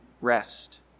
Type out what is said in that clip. rest